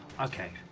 Okay